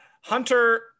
Hunter